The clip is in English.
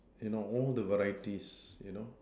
you know all the varieties you know